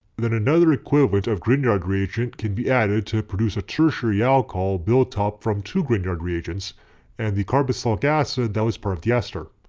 then another equivalent of grignard reagent can be added to produce a tertiary alcohol built up from two grignard reagents and the carboxylic acid that was part of the ester.